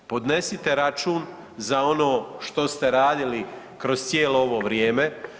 Podnesite račun za ono što ste radili kroz cijelo ovo vrijeme.